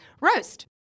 Roast